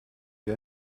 wie